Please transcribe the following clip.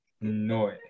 No